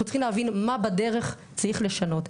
אנחנו צריכים להבין מה בדרך צריך לשנות.